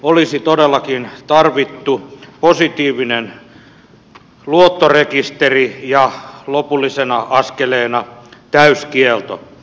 olisi todellakin tarvittu positiivinen luottorekisteri ja lopullisena askeleena täyskielto